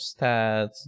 stats